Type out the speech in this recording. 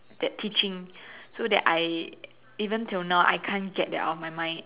that teaching so that I even till now I can't get that out of my mind